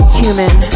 human